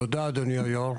תודה, אדוני היושב-ראש.